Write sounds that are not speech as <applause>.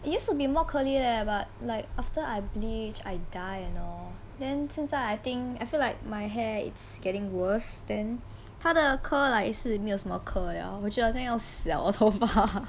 it used to be more curly leh but like after I bleach I dye and all then 正在 I think I feel like my hair it's getting worse then 他的 curl like 没有什么 curl 了我觉得好像要死了我头发 <laughs>